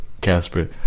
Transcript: Casper